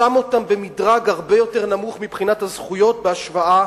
שם אותם במדרג הרבה יותר נמוך מבחינת הזכויות בהשוואה